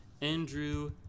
Andrew